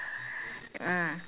mm